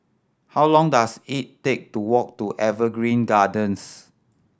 how long dose it take to walk to Evergreen Gardens